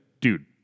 dude